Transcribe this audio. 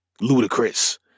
ludicrous